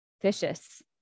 vicious